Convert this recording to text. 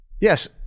Yes